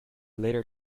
later